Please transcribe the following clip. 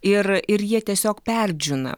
ir ir jie tiesiog perdžiūna